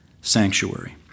sanctuary